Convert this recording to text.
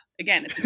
Again